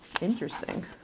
Interesting